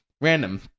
Random